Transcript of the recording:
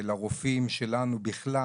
לרופאים שלנו בכלל,